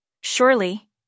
Surely